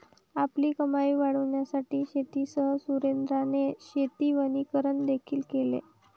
आपली कमाई वाढविण्यासाठी शेतीसह सुरेंद्राने शेती वनीकरण देखील केले